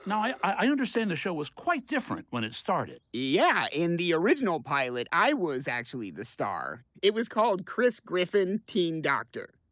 and i i understand the show was quite different when it started. yeah, in the original pilot, i was actually the star. it was called chris griffin, teen doctor.